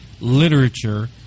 literature